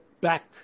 back